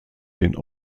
den